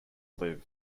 live